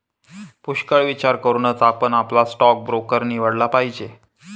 पुष्कळ विचार करूनच आपण आपला स्टॉक ब्रोकर निवडला पाहिजे